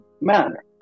manner